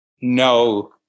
no